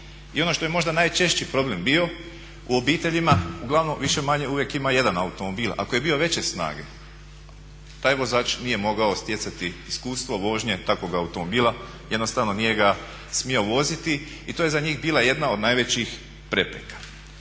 I ono što je možda najčešći problem bio, u obitelji uglavnom više-manje uvijek ima jedan automobil. Ako je bio veće snage taj vozač nije mogao stjecati iskustvo vožnje takvog automobila, jednostavno nije ga smio voziti i to je za njih bila jedna od najvećih prepreka.